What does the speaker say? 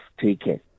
taken